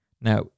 Now